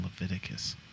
Leviticus